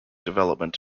development